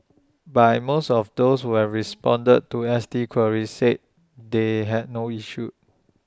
by most of those who responded to S T queries said they had no issue